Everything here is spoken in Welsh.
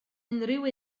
unrhyw